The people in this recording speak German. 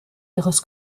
ihres